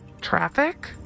Traffic